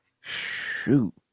Shoot